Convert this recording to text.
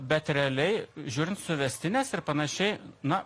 bet realiai žiūrint suvestines ir panašiai na